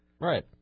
Right